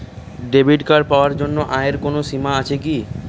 Debit card পাওয়ার জন্য আয়ের কোনো সীমা আছে কি?